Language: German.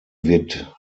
wird